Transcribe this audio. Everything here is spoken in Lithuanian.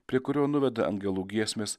prie kurio nuveda angelų giesmės